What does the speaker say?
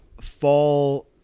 fall